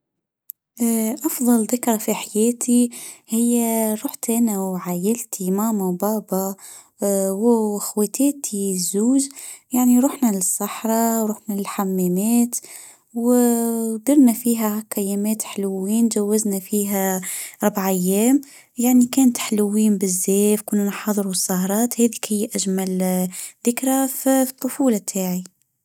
افظل ذكرى في حياتي: هي رحت أنا وعيلتي ماما وبابا واخواتاتي الزوج. يعني رحنا لصحرا ورحنا لحمامات ودرنا فيها هكلمات حلوين زوجنا فيها ربع أيام يعني كانت حلوين بالزاف كلنا حضروا السهرات هيدا هي كانت أجمل ذكري فالطفوله بتاعي.